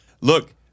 Look